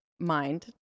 mind